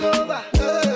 over